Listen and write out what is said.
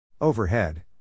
Overhead